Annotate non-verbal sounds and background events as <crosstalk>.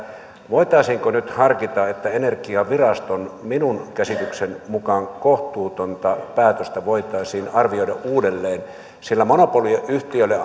voitaisiinko nyt harkita että energiaviraston minun käsitykseni mukaan kohtuutonta päätöstä voitaisiin arvioida uudelleen sillä monopoliyhtiöille <unintelligible>